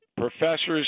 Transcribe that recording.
professors